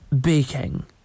baking